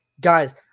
Guys